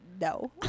no